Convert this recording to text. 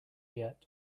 yet